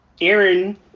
Aaron